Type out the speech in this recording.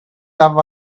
love